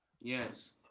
Yes